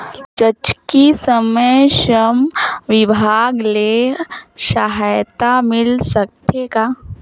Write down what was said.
जचकी समय श्रम विभाग ले सहायता मिल सकथे का?